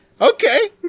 okay